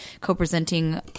co-presenting